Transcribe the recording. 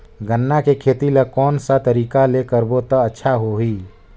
गन्ना के खेती ला कोन सा तरीका ले करबो त अच्छा होही?